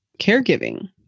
caregiving